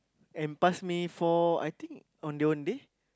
and pass me four I think Ondeh-Ondeh